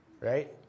right